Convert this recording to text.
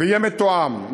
ויהיה מתואם.